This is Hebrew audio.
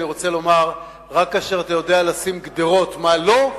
אני רוצה לומר שרק כאשר אתה יודע לשים גדרות מה לא,